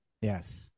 Yes